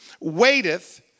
waiteth